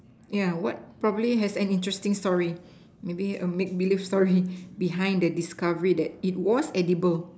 yeah what probably has an interesting story maybe a make belief story behind the discovery that it was edible